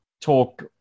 talk